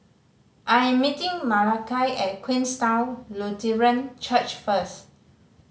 I am meeting Malakai at Queenstown Lutheran Church first